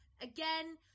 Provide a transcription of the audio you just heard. Again